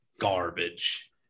garbage